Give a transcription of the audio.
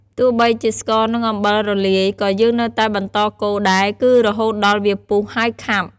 ទោះបីជាស្ករ និងអំបិលរលាយ ក៏យើងនៅតែបន្តកូរដែរ គឺរហូតដល់វាពុះ ហើយខាប់។